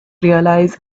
realize